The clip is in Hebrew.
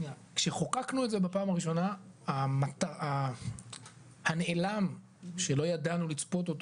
כשחוקקנו את זה בפעם הראשונה המטרה או הנעלם שלא ידענו לצפות אותו,